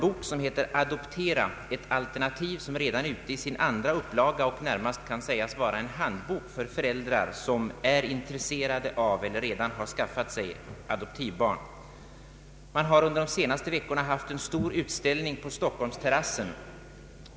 Man har utgett en bok, ”Adoptera — ett alternativ”, som redan är tryckt i sin andra upplaga. Den kan sägas vara en handbok för personer, som är intresserade av att få eller redan har adoptivbarn. Man har under de senaste veckorna haft en stor utställning på Stockholmsterrassen.